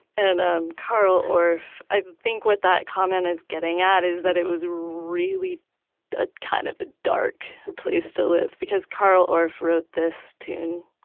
and um carl orff, i think what that comment is getting at, is that it was really a kind of a dark place to live because carl orff wrote this tune.